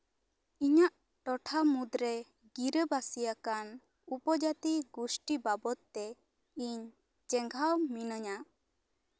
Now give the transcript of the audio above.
ᱤᱧᱟᱹᱜ ᱴᱚᱴᱷᱟ ᱢᱩᱫᱽᱨᱮ ᱜᱤᱨᱟᱹᱵᱟᱹᱥᱤ ᱟᱠᱟᱱ ᱩᱯᱚᱡᱟᱛᱤ ᱜᱩᱥᱴᱤ ᱵᱟᱵᱚᱫᱛᱮ ᱤᱧ ᱪᱮᱸᱜᱷᱟᱣ ᱢᱤᱱᱟᱹᱧᱟᱹ